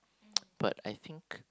but I think